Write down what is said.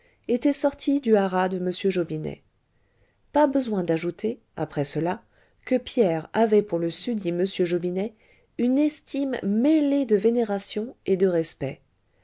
étaient sorties du haras de m jobinet pas besoin d'ajouter après cela que pierre avait pour le susdit m jobinet une estime mêlée de vénération et de respect